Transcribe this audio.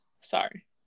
sorry